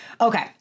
Okay